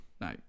No